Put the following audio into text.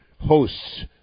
hosts